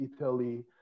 Italy